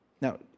Now